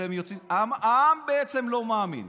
אתם יוצאים, העם בעצם לא מאמין,